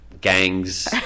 gangs